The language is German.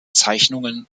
zeichnungen